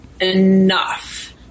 enough